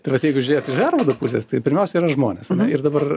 tai vat jeigu žiūrėt iš harvardo pusės tai pirmiausia yra žmonės ir dabar